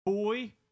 boy